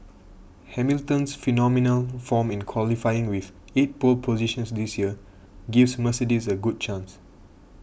Hamilton's phenomenal form in qualifying with eight pole positions this year gives Mercedes a good chance